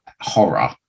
horror